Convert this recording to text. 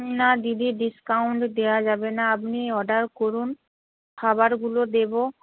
না দিদি ডিসকাউন্ট দেওয়া যাবে না আপনি অর্ডার করুন খাবারগুলো দেবো